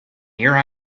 here